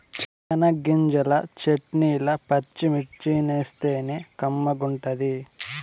చెనగ్గింజల చెట్నీల పచ్చిమిర్చేస్తేనే కమ్మగుంటది